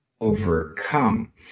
overcome